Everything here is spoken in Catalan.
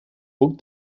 puc